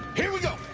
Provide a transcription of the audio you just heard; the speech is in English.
here we go.